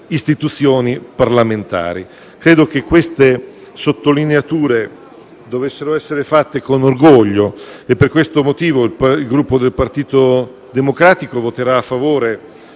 istituzioni parlamentari. Credo che queste sottolineature dovessero essere fatte con orgoglio e per questo motivo il Gruppo Partito Democratico voterà a favore